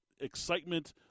excitement